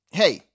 hey